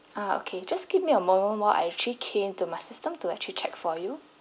ah okay just give me a moment while I actually key in to my system to actually check for you